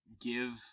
give